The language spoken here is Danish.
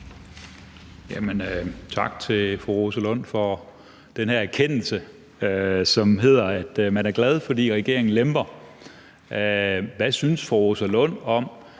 Tak til fru Rosa Lund for den her erkendelse, som er, at man er glad, fordi regeringen lemper på det her område. Hvad synes fru Rosa Lund om,